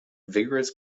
vigorous